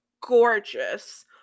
gorgeous